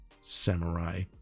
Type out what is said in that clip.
samurai